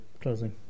closing